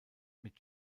mit